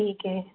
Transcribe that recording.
ठीक है